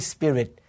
Spirit